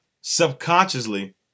subconsciously